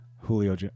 Julio